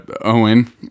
Owen